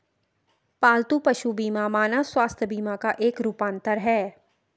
पालतू पशु बीमा मानव स्वास्थ्य बीमा का एक रूपांतर है